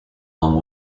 long